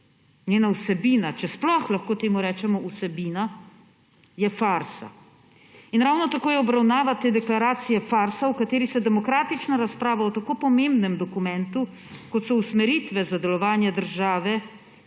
Njena vsebina, če sploh lahko temu rečemo vsebina, je farsa. In ravno tako je obravnava te deklaracije farsa, v kateri se demokratična razprava o tako pomembnem dokumentu, kot so usmeritve za delovanje države